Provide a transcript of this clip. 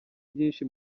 byinshi